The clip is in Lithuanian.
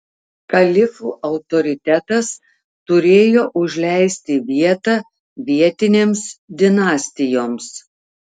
kalifų autoritetas turėjo užleisti vietą vietinėms dinastijoms